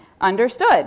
understood